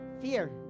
fear